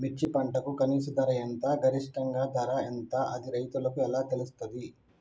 మిర్చి పంటకు కనీస ధర ఎంత గరిష్టంగా ధర ఎంత అది రైతులకు ఎలా తెలుస్తది?